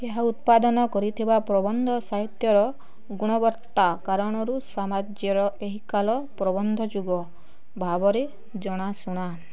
ଏହା ଉତ୍ପାଦନ କରିଥିବା ପ୍ରବନ୍ଧ ସାହିତ୍ୟର ଗୁଣବତ୍ତା କାରଣରୁ ସାମ୍ରାଜ୍ୟର ଏହି କାଲ ପ୍ରବନ୍ଧ ଯୁଗ ଭାବରେ ଜଣାଶୁଣା